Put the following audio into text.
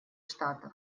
штатов